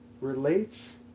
relates